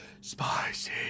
spicy